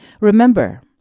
Remember